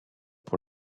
pour